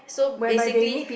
so basically